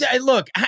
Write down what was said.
Look